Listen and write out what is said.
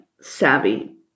savvy